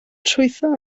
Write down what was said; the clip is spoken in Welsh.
trwytho